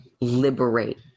liberate